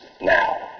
now